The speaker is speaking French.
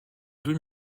deux